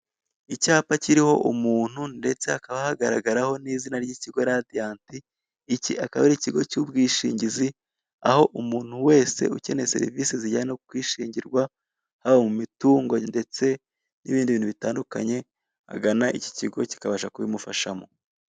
Icyapa kiriho umuntu ndetse hakaba hagaragaraho n'izina ry'ikigo ikigo radiyanti. Iki akaba ari ikigo cy'ubwishingizi aho umuntu wese ukeneye serivise zijyanye no kwishingirwa haba mu mitungo ndetse n'ibindi bintu bitandukanye agana iki kigo kikabafasha kubimufashamo.